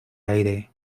aire